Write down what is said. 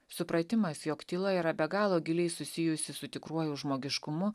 supratimas jog tyla yra be galo giliai susijusi su tikruoju žmogiškumu